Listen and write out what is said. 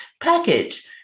package